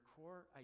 core